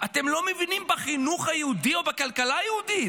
אתם לא מבינים בחינוך היהודי או בכלכלה היהודית?